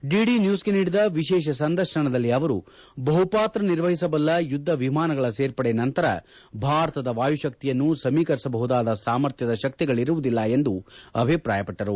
DD ನ್ಯೂಸ್ಗೆ ನೀಡಿದ ವಿಶೇಷ ಸಂದರ್ಶನದಲ್ಲಿ ಅವರು ಬಹುಪಾತ್ರ ನಿರ್ವಹಿಸಬಲ್ಲ ಯುದ್ದ ವಿಮಾನಗಳ ಸೇರ್ಪಡೆ ನಂತರ ಭಾರತದ ವಾಯುಶಕ್ತಿಯನ್ನು ಸಮೀಕರಿಸಬಹುದಾದ ಸಾಮರ್ಥ್ಯದ ಶಕ್ತಿಗಳಿರುವುದಿಲ್ಲ ಎಂದು ಅಭಿಪ್ರಾಯಪಟ್ಟರು